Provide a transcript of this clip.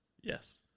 Yes